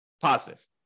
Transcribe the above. positive